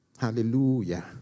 Hallelujah